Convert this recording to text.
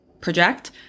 project